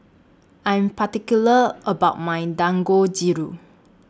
I'm particular about My Dangojiru